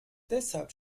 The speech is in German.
deshalb